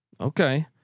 Okay